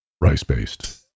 rice-based